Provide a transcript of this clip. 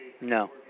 No